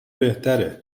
بهتره